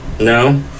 No